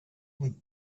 with